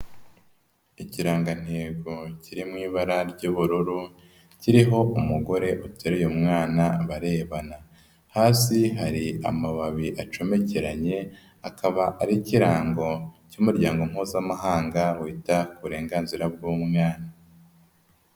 Ikirangantego kiri mu ibara ry'ubururu, kiriho umugore uteruye umwana barebana, hasi hari amababi acomekeranye, akaba ari ikirango cy'umuryango mpuzamahanga wita ku burenganzira bw'umwana.